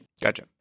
Gotcha